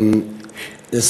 אחים, מה.